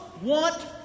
want